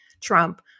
Trump